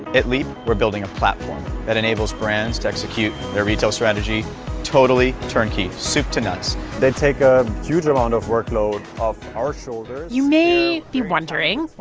at leap, we're building a platform that enables brands to execute their retail strategy totally turnkey soup to nuts they take a huge amount of workload off our shoulders you may be wondering,